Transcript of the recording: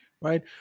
Right